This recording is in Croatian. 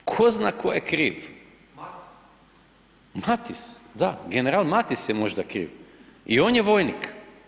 Tko zna tko je kriv. ... Mattis, da, general Mattis je možda kriv, i on je vojnik.